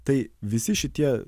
tai visi šitie